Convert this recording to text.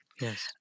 yes